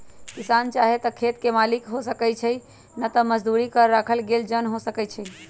किसान चाहे त खेत के मालिक हो सकै छइ न त मजदुरी पर राखल गेल जन हो सकै छइ